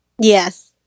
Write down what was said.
Yes